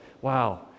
Wow